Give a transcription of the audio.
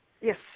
Yes